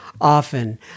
often